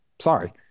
Sorry